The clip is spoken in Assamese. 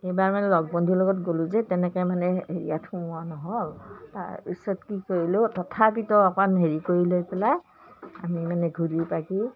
এইবাৰ মানে লগৰ বন্ধুৰ লগত গ'লোঁ যে তেনেকৈ মানে হেৰিয়াত সোমোৱা নহওল তাৰ পিছত কি কৰিলোঁ তথাপিতো অকণ হেৰি কৰি লৈ পেলাই আমি মানে ঘূৰি পকি